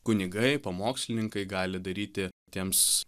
kunigai pamokslininkai gali daryti tiems